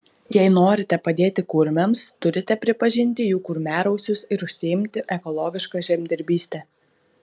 jei norite padėti kurmiams turite pripažinti jų kurmiarausius ir užsiimti ekologiška žemdirbyste